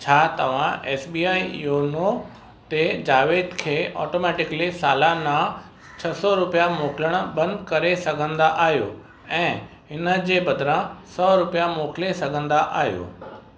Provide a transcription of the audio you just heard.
छा तव्हां S B I YONO ते जावेद खे ऑटोमैटिकली सालाना छह सौ रुपिया मोकिलणु बंदि करे सघंदा आहियो ऐं हिनजे बदिरां सौ रुपिया मोकिले सघंदा आहियो